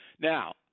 Now